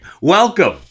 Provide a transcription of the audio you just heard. Welcome